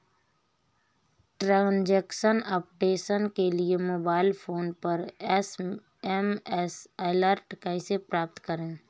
Transaction update के लिए mobile phone पर एस.एम.एस अलर्ट कैसे प्राप्त करें?